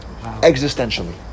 existentially